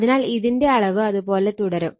അതിനാൽ ഇതിന്റെ അളവ് അതുപോലെ തുടരും